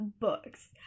books